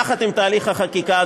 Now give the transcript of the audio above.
יחד עם תהליך החקיקה,